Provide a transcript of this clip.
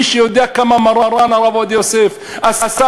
מי שיודע כמה מרן הרב עובדיה יוסף עשה